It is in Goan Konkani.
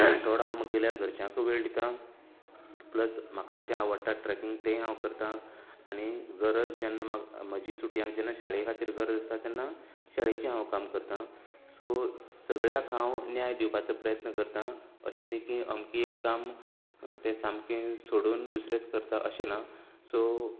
थोडो हांव म्हगेल्या घरच्यांकय वेळ दिता प्लस म्हाका जें आवडटा ट्रेकिंक तें हांव करता आनी गरज जेन्ना म्हा म्हजी सुटयांत जेन्ना शाळे खातीर गरज आसा तेन्ना शाळेचें हांव काम करता सो सगळ्याक हांव न्याय दिवपाचो प्रयत्न करता अशें न्ही की अमकें एक काम तें सामकें सोडून दुसरें करता अशें ना सो